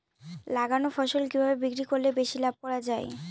লাগানো ফসল কিভাবে বিক্রি করলে বেশি লাভ করা যায়?